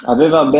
Aveva